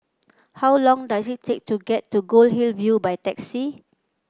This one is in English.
how long does it take to get to Goldhill View by taxi